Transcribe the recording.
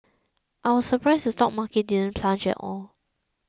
I was surprised the stock market didn't plunge at all